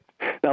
Now